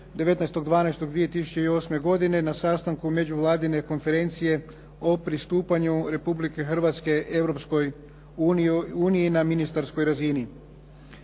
19.12.2008. godine na sastanku Međuvladine konferencije o pristupanju Republike Hrvatske Europskoj uniji na ministarskoj razini.